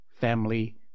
family